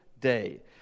Day